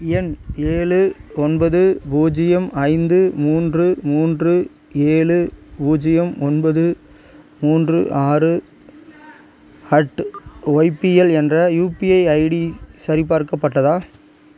எண் ஏழு ஒன்பது பூஜ்ஜியம் ஐந்து மூன்று மூன்று ஏழு பூஜ்ஜியம் ஒன்பது மூன்று ஆறு அட் ஒய்பிஎல் என்ற யுபிஐ ஐடி சரிபார்க்கப்பட்டதா